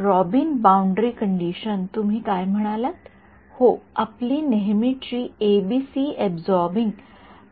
robin boundary condition तुम्ही काय म्हणालात हो आपली नेहमीची एबीसी अबसॉरबिन्ग